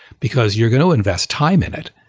because you're going to invest time and it.